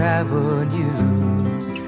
avenues